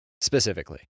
specifically